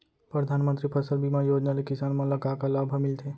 परधानमंतरी फसल बीमा योजना ले किसान मन ला का का लाभ ह मिलथे?